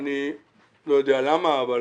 אני לא יודע למה אבל